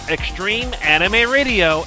ExtremeAnimeRadio